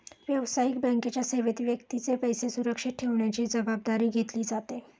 व्यावसायिक बँकेच्या सेवेत व्यक्तीचे पैसे सुरक्षित ठेवण्याची जबाबदारी घेतली जाते